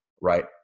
right